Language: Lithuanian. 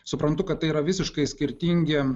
suprantu kad tai yra visiškai skirtingi